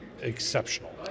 exceptional